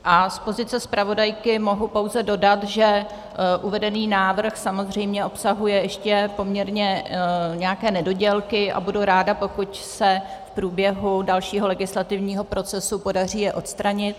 A z pozice zpravodajky mohu pouze dodat, že uvedený návrh samozřejmě obsahuje ještě poměrně nějaké nedodělky, a budu ráda, pokud se je v průběhu dalšího legislativního procesu podaří odstranit.